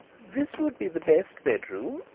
this would be the best bedroom,